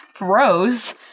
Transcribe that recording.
rose